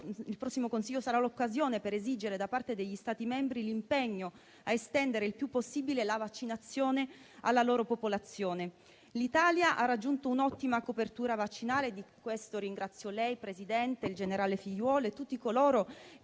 il prossimo Consiglio sarà l'occasione per esigere da parte degli Stati membri l'impegno a estendere il più possibile la vaccinazione alla loro popolazione. L'Italia ha raggiunto un'ottima copertura vaccinale, e di questo ringrazio lei, Presidente, il generale Figliuolo e tutti coloro